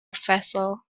vessel